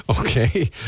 Okay